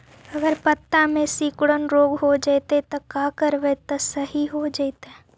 अगर पत्ता में सिकुड़न रोग हो जैतै त का करबै त सहि हो जैतै?